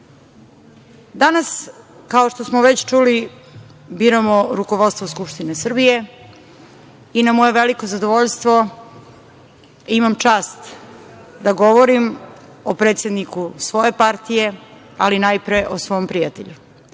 nas. Danas, kao što smo već čuli, biramo rukovodstvo Skupštine Srbije i na moje veliko zadovoljstvo imam čast da govorim o predsedniku svoje partije, ali najpre o svom prijatelju.